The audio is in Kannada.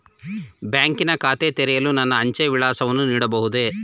ಬ್ಯಾಂಕಿನ ಖಾತೆ ತೆರೆಯಲು ನನ್ನ ಅಂಚೆಯ ವಿಳಾಸವನ್ನು ನೀಡಬಹುದೇ?